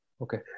okay